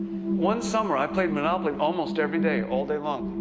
one summer, i played monopoly almost every day, all day long.